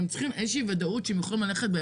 הם צריכים איזה שהיא ודאות שהם יכולים ללכת אתה